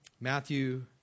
Matthew